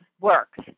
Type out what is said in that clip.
works